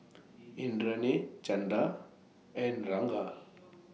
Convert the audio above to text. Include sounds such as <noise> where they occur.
<noise> Indranee Chanda and Ranga